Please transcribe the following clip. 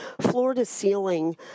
floor-to-ceiling